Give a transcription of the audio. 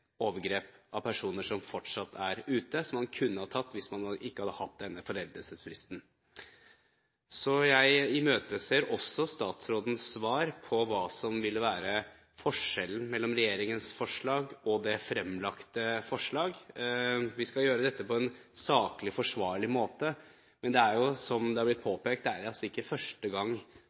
overgrep av personer som fortsatt er ute, og som man kunne ha tatt hvis man ikke hadde hatt denne foreldelsesfristen. Jeg imøteser også statsrådens svar på hva som vil være forskjellen mellom regjeringens forslag og det fremlagte forslag. Vi skal gjøre dette på en saklig, forsvarlig måte, men det er – som det er blitt påpekt – ikke første gang